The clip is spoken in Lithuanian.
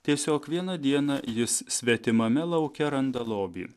tiesiog vieną dieną jis svetimame lauke randa lobį